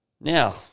Now